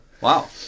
wow